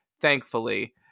thankfully